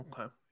Okay